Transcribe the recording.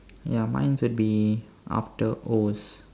ya mine's would be after Os